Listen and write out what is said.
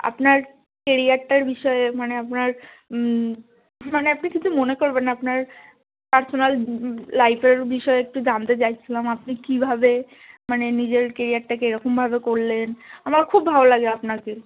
আপনার কেরিয়ারটার বিষয়ে মানে আপনার মানে আপনি কিছু মনে করবেন না আপনার পার্সোনাল লাইফের বিষয়ে একটু জানতে চাইছিলাম আপনি কীভাবে মানে নিজের কেরিয়ারটাকে এরকমভাবে করলেন আমার খুব ভালো লাগে আপনাকে